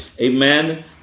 Amen